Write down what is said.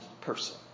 person